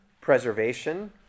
preservation